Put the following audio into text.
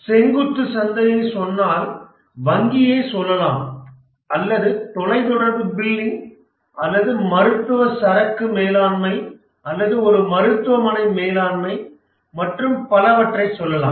செங்குத்து சந்தையை சொன்னால் வங்கியை சொல்லலாம் அல்லது தொலைதொடர்பு பில்லிங் அல்லது மருத்துவ சரக்கு மேலாண்மை அல்லது ஒரு மருத்துவமனை மேலாண்மை மற்றும் பலவற்றைச் சொல்லலாம்